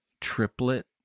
triplet